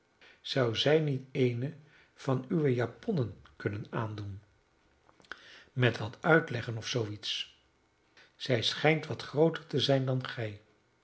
zou zij niet eene van uwe japonnen kunnen aandoen met wat uitleggen of zoo iets zij schijnt wat grooter te zijn dan gij